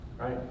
Right